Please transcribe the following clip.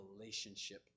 relationship